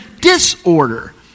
disorder